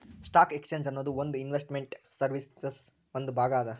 stock exchange ಅನ್ನೊದು ಒಂದ್ investment ಸರ್ವೇಸಿನ್ ಒಂದ್ ಭಾಗ ಅದ